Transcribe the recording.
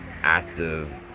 active